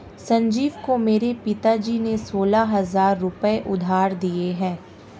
संजीव को मेरे पिताजी ने सोलह हजार रुपए उधार दिए हैं